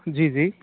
जी जी